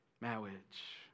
Marriage